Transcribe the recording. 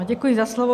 Děkuji za slovo.